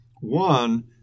One